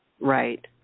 Right